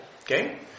okay